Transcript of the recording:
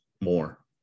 more